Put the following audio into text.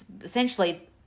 essentially